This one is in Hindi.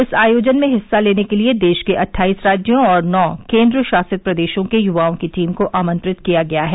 इस आयोजन में हिस्सा लेने के लिए देश के अटठाईस राज्यों और नौ केन्द्रशासित प्रदेशों के युवाओं की टीम को आमंत्रित किया गया है